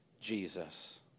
Jesus